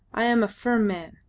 i am a firm man.